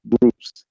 groups